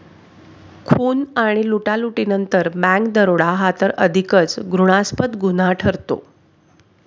खून आणि लुटालुटीनंतर बँक दरोडा हा तर अधिकच घृणास्पद गुन्हा ठरतो